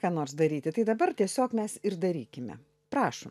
ką nors daryti tai dabar tiesiog mes ir darykime prašom